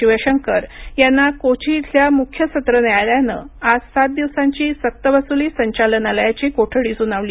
शिवशंकर यांना कोची इथल्या मुख्य सत्र न्यायालयानं आज सात दिवसांची सक्तवसुली संचालनालयाची कोठडी सुनावली